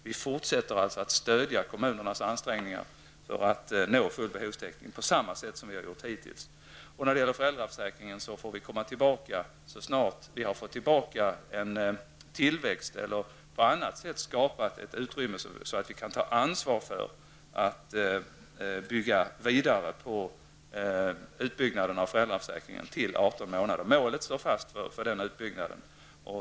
Vi fortsätter alltså att stödja kommunernas ansträngningar för att nå full behovstäckning på samma sätt som vi har gjort hittills. När det gäller föräldraförsäkringen får vi komma tillbaka så snart vi återfått en tillväxt eller på annat sätt fått utrymme för att kunna ta ansvar för att bygga vidare på utbyggnaden av föräldraförsäkringen upp till 18 månader. Målet står fast för denna utbyggnad.